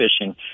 fishing